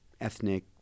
ethnic